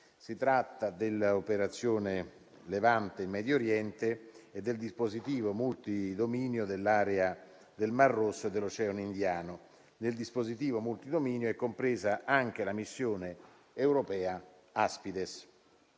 Si tratta dell'operazione Levante in Medio Oriente e del dispositivo multi-dominio nell'area del Mar Rosso e dell'Oceano Indiano, in cui è compresa anche la missione europea Aspides.